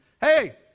hey